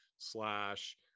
slash